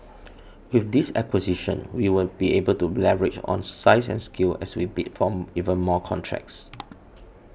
with this acquisition we will be able to leverage on size and scale as we bid for even more contracts